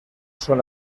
son